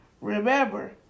remember